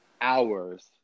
hours